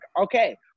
okay